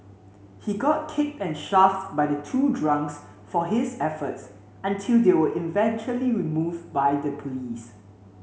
he got kicked and shoved by the two drunks for his efforts until they were eventually removed by the police